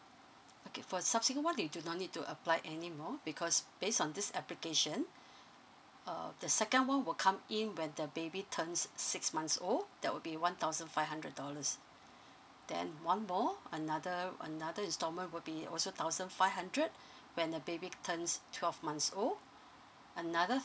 okay for subsequent one they do not need to apply anymore because based on this application uh the second one will come in when the baby turns six months old that will be one thousand five hundred dollars then one more another another instalment will be also thousand five hundred when the baby turns twelve months old another